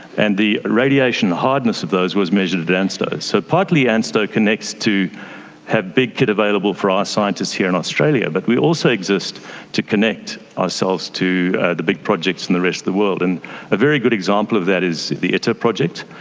and the radiation hardness of those was measured at ansto. so partly ansto connects to have big kit available for our scientists here in australia, but we also exist to connect ourselves to the big projects in the rest of the world. and a very good example of that is the iter project.